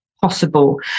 possible